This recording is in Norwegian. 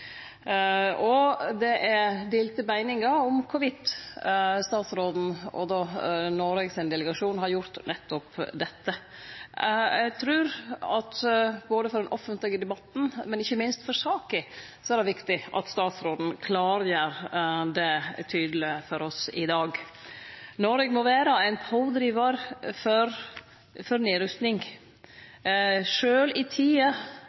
utanrikspolitikken. Det er delte meiningar om statsråden og delegasjonen frå Noreg har gjort nettopp dette. Eg trur at det både for den offentlege debatten og ikkje minst for saka er viktig at statsråden klargjer det tydeleg for oss i dag. Noreg må vere ein pådrivar for atomnedrusting sjølv i